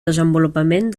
desenvolupament